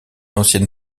ancienne